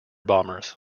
bombers